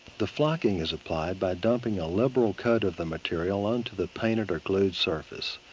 the flocking is applied by dumping a liberal coat of the material unto the painted or glued surface.